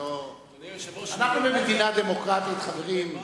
אנחנו במדינה דמוקרטית, חברים.